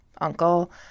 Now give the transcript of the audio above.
uncle